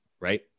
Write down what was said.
Right